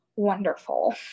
wonderful